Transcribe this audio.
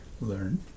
learn